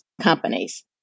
companies